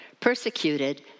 persecuted